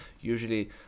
usually